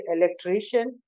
electrician